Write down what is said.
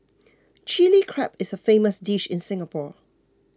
Chilli Crab is a famous dish in Singapore